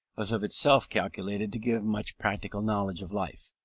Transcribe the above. was of itself calculated to give much practical knowledge of life.